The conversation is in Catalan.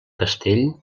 castell